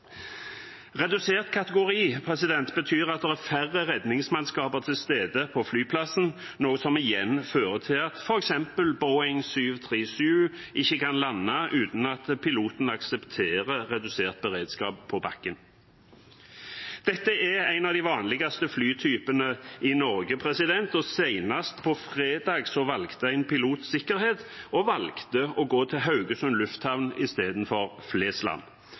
Redusert kategori betyr at det er færre redningsmannskaper til stede på flyplassen, noe som igjen fører til at f.eks. Boeing 737 ikke kan lande uten at piloten aksepterer redusert beredskap på bakken. Dette er en av de vanligste flytypene i Norge. Senest på fredag valgte en pilot sikkerhet og å gå til Haugesund lufthavn istedenfor til Flesland,